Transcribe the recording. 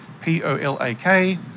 P-O-L-A-K